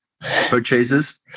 purchases